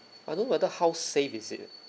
I don't know whether how safe is it